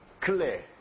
clear